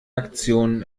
aktionen